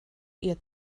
ihr